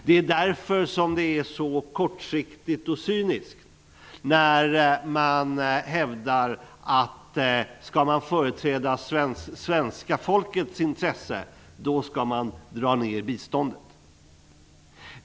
Det är därför kortsiktigt och cyniskt när man hävdar att om man skall företräda svenska folkets intresse, då skall man dra ner biståndet.